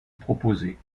proposés